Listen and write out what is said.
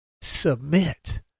submit